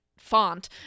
font